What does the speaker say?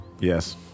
Yes